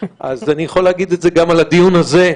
אז אני יכול להגיד את זה גם על הדיון הזה.